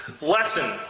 lesson